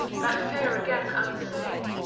that fair again unsay.